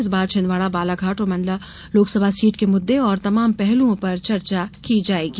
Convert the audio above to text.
इस बार छिन्दवाड़ा बालाघाट और मंडला लोकसभा सीट के मुद्दे और तमाम पहलुओं पर चर्चा की जायेगी